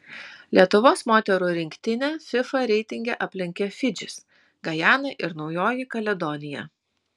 lietuvos moterų rinktinę fifa reitinge aplenkė fidžis gajana ir naujoji kaledonija